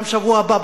גם בשבוע הבא,